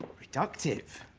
reductive.